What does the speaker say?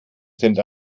sind